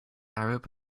arab